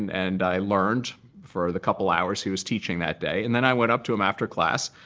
and i learned for the couple hours he was teaching that day. and then i went up to him after class.